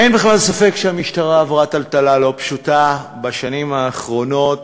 אין בכלל ספק שהמשטרה עברה טלטלה לא פשוטה בשנים האחרונות,